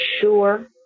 sure